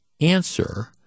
answer